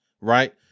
right